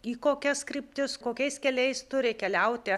į kokias kryptis kokiais keliais turi keliauti